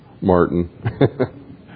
Martin